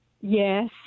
Yes